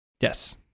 Yes